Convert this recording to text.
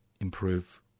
improve